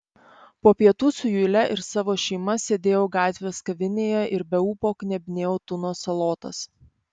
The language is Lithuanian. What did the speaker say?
po pietų su jule ir savo šeima sėdėjau gatvės kavinėje ir be ūpo knebinėjau tuno salotas